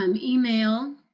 Email